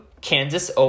Kansas